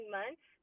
months